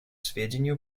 сведению